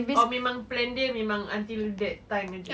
or memang plan dia memang until that time aje